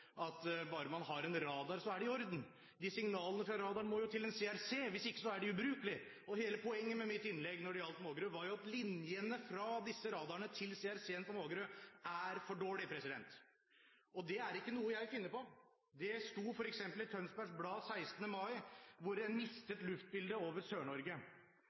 at bare man har en radar, så er det i orden. Signalene fra radaren må jo til en CRC, hvis ikke er de ubrukelige. Hele poenget med mitt innlegg når det gjaldt Mågerø, var jo at linjene fra disse radarene til CRC-en på Mågerø er for dårlige. Dette er ikke noe jeg finner på. Det sto f.eks. å lese i Tønsbergs Blad 16. mai at man mistet luftbildet over